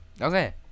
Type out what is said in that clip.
Okay